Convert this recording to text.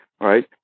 Right